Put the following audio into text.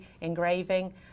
engraving